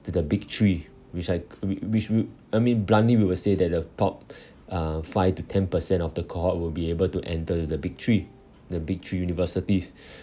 to the big three which I we which we I mean bluntly we will say that the top uh five to ten per cent of the cohort will be able to enter into the big three the big three universities